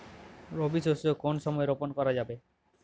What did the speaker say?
রবি শস্য কোন সময় রোপন করা যাবে?